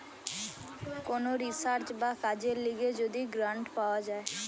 কোন রিসার্চ বা কাজের লিগে যদি গ্রান্ট পাওয়া যায়